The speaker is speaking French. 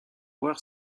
voir